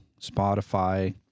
Spotify